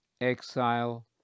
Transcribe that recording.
exile